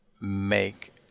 make